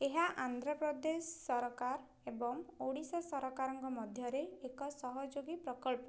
ଏହା ଆନ୍ଧ୍ର ପ୍ରଦେଶ ସରକାର ଏବଂ ଓଡ଼ିଶା ସରକାରଙ୍କ ମଧ୍ୟରେ ଏକ ସହଯୋଗୀ ପ୍ରକଳ୍ପ